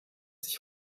sich